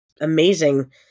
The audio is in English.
amazing